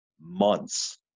months